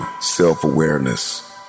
self-awareness